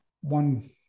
one